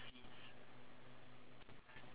mm maybe ya